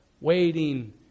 waiting